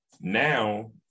now